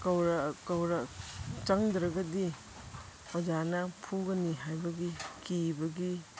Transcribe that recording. ꯆꯪꯗ꯭ꯔꯒꯗꯤ ꯑꯣꯖꯥꯅ ꯐꯨꯒꯅꯤ ꯍꯥꯏꯕꯒꯤ ꯀꯤꯕꯒꯤ